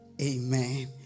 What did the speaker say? Amen